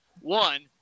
One